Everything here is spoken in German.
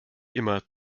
immer